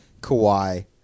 Kawhi